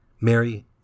Mary